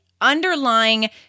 underlying